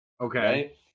Okay